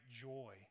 joy